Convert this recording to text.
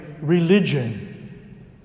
religion